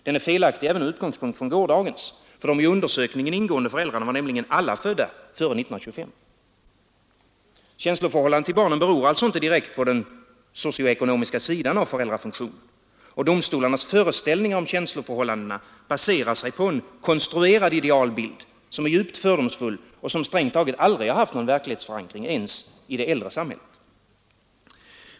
Den är felaktig även med utgångspunkt från gårdagens. De i undersökningen ingående föräldrarna var nämligen alla födda före 1925. Känsloförhållandet till barnen beror alltså inte direkt på den socialekonomiska sidan av föräldrafunktionen. Och domstolarnas föreställningar om känsloförhållandena baserar sig på en konstruerad idealbild, som är djupt fördomsfull och som strängt taget aldrig har haft någon verklighetsförankring, inte ens i det gamla samhället.